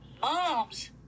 mom's